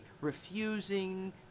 refusing